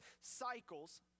cycles